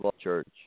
church